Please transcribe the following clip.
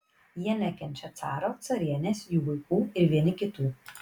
jie nekenčia caro carienės jų vaikų ir vieni kitų